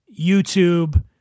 YouTube